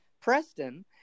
preston